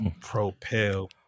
Propel